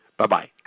Bye-bye